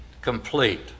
complete